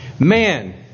Man